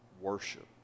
worship